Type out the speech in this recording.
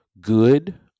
good